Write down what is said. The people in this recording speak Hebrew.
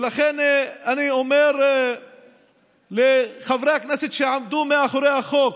ולכן אני אומר לחברי הכנסת שעמדו מאחורי החוק,